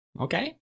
Okay